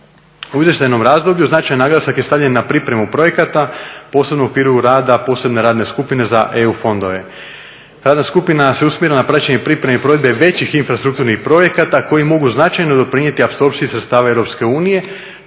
U izvještajnom razdoblju značajan naglasak je stavljen na pripremu projekata posebno u okviru rada posebne radne skupine za EU fondove. Radna skupina se usmjerila na praćenje pripreme i provedbe većih infrastrukturnih projekata koji mogu značajno doprinijeti apsorpciji sredstava